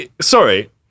sorry